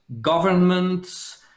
governments